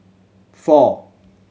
four